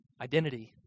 identity